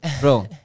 bro